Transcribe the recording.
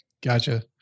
Gotcha